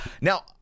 now